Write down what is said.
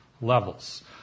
levels